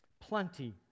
Plenty